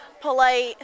polite